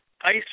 ice